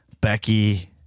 Becky